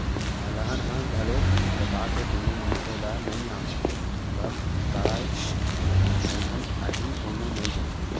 अलहन ह घलोक बता के कोनो मनखे ल नइ आवय, कब काय अलहन आही कोनो नइ जानय